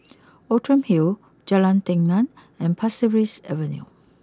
Outram Hill Jalan Telang and Pasir Ris Avenue